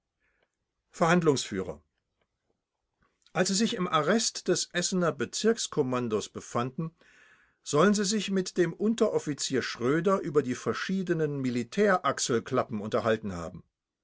verhandlungsf als sie sich im arrest des essener bezirkskommandos befanden sollen sie sich mit dem unteroffizier schröder über die verschiedenen militärachselklappen unterhalten haben